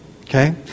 Okay